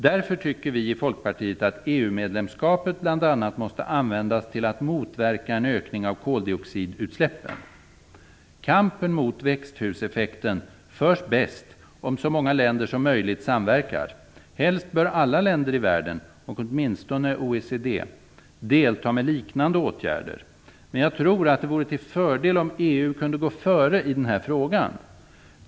Därför tycker vi i Folkpartiet att EU medlemskapet bl.a. måste användas till att motverka en ökning av koldioxidutsläppen. Kampen mot växthuseffekten förs bäst om så många länder som möjligt samverkar. Helst bör alla länder i världen, och åtminstone OECD, delta med liknande åtgärder. Men jag tror att det vore till fördel om EU kunde gå före i den här frågan.